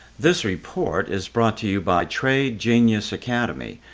this report is brought to you by trade genius academy.